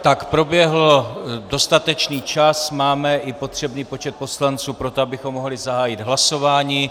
Tak proběhl dostatečný čas, máme i potřebný počet poslanců pro to, abychom mohli zahájit hlasování.